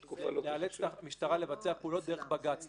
לאלץ את המשטרה לבצע פעולות דרך בג"ץ.